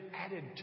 added